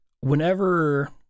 Whenever